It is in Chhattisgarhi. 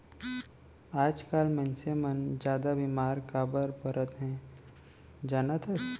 आजकाल मनसे मन जादा बेमार काबर परत हें जानत हस?